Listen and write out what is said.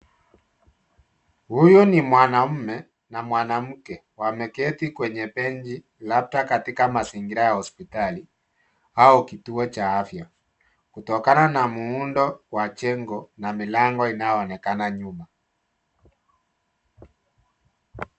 Huyu ni mwanaume na mwanamke wameketi kwenye benchi labda katika mazingira ya hospitali au kituo cha afya kutokana na muundo wa jengo na milango inayoonekana nyuma.